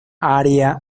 área